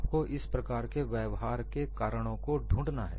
आपको इस प्रकार के व्यवहार के कारणों को ढूंढना है